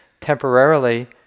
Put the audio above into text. temporarily